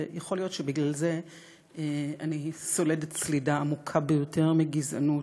ויכול להיות שבגלל זה אני סולדת סלידה עמוקה ביותר מגזענות,